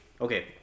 okay